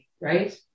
right